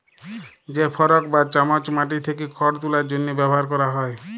যে ফরক বা চামচ মাটি থ্যাকে খড় তুলার জ্যনহে ব্যাভার ক্যরা হয়